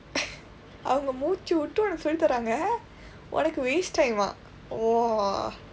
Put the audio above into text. அவங்க மூச்சு விட்டு உனக்கு சொல்லி தராங்க உனக்கு:avangka muuchsu vitdu unakku solli tharaangka unakku waste time ah !wah!